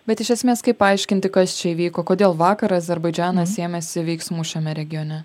bet iš esmės kaip paaiškinti kas čia įvyko kodėl vakar azerbaidžanas ėmėsi veiksmų šiame regione